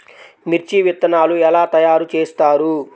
మిర్చి విత్తనాలు ఎలా తయారు చేస్తారు?